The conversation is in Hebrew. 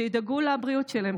שידאגו לבריאות שלהם.